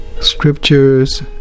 scriptures